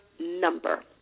number